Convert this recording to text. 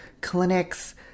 clinics